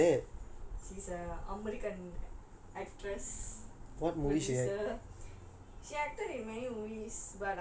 sandra bullock because she's a american actress producer